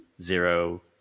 zero